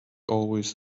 always